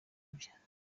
bye